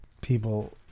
people